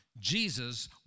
Jesus